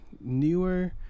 Newer